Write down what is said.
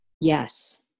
yes